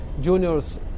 juniors